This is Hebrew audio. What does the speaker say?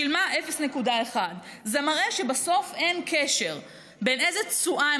ושילמה 0.1. זה מראה שבסוף אין קשר בין איזו תשואה הם